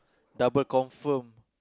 double confirm